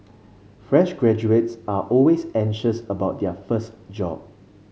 fresh graduates are always anxious about their first job